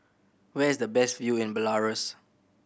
where is the best view in Belarus